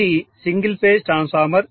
ఇది single phase transformer